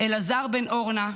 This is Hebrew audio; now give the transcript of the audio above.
אלעזר בן אורנה,